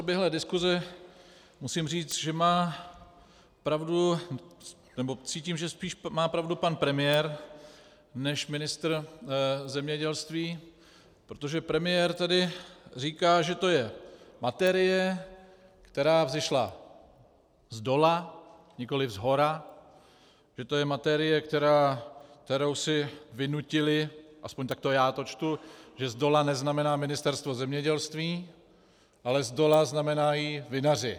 Já z proběhlé diskuse musím říct, že má pravdu, nebo cítím, že spíš má pravdu pan premiér než ministr zemědělství, protože premiér tady říká, že to je materie, která vzešla zdola, nikoli shora, že to je materie, kterou si vynutili, aspoň takto já to čtu, že zdola neznamená Ministerstvo zemědělství, ale zdola znamenají vinaři.